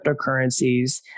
cryptocurrencies